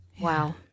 wow